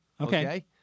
Okay